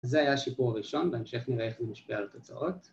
‫זה היה השיפור הראשון, ‫בהמשך נראה איך זה משפיע על תוצאות.